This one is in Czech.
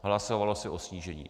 Hlasovalo se o snížení.